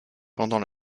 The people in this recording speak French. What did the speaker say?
pendant